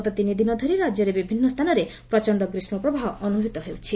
ଗତ ତିନି ଦିନ ଧରି ରାଜ୍ୟର ବିଭିନ୍ନ ସ୍ତାନରେ ପୁଣି ଥରେ ପ୍ରଚଣ୍ଡ ଗ୍ରୀଷ୍ମପ୍ରବାହ ଅନୁଭୂତ ହେଉଛି